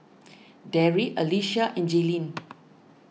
Darry Alycia and Jaylene